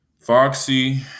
Foxy